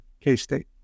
K-State